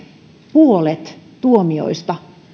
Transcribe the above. puolet tuomioista